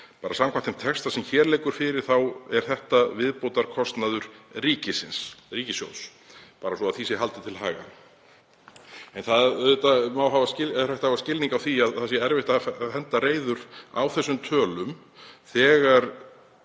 ekki. Samkvæmt þeim texta sem hér liggur fyrir þá er þetta viðbótarkostnaður ríkisins eða ríkissjóðs, bara svo því sé haldið til haga. En það er hægt að hafa skilning á því að erfitt sé að henda reiður á þessum tölum þegar